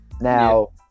now